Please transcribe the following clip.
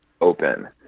Open